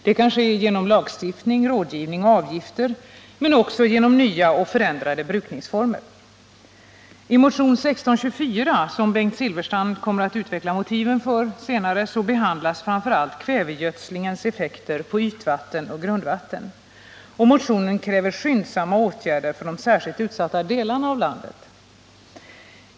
Det kan ske genom lagstiftning, rådgivning och avgifter men också genom nya och förändrade brukningsformer. I motionen 1624, som Bengt Silfverstrand senare kommer att utveckla motiven för, behandlas framför allt kvävegödslingens effekter på ytvatten och grundvatten. I motionen krävs skyndsamma åtgärder för de särskilt utsatta delarna av landet.